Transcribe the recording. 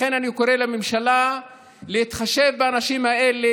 לכן אני קורא לממשלה להתחשב באנשים האלה